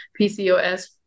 PCOS